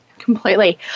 Completely